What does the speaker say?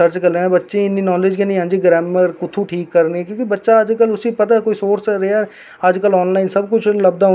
उस टैंम बिच में मतलब कि में जम्मू ते गेई पर में रस्ते रौंहदी गेई यार में पता नेई हून घरे आहले मिगी अंदर जान देना जां नेई जान देना ऐ